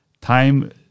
time